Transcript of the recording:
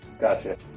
Gotcha